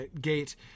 gate